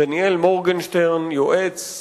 דניאל מורגנשטרן, יועץ סביבתי,